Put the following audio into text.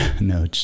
no